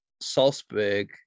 Salzburg